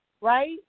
right